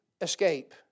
escape